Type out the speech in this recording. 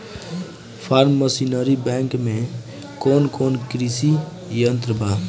Form machinery bank में कौन कौन कृषि यंत्र बा?